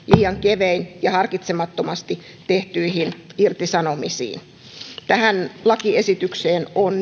liian kevein perustein ja harkitsemattomasti tehtyihin irtisanomisiin tähän lakiesitykseen